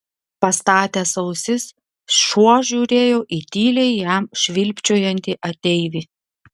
pastatęs ausis šuo žiūrėjo į tyliai jam švilpčiojantį ateivį